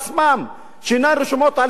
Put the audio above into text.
שאינן רשומות על שם המדינה,